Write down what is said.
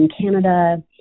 Canada